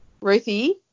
Ruthie